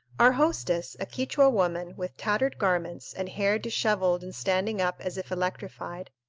our hostess, a quichua woman, with tattered garments, and hair disheveled and standing up as if electrified,